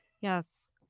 Yes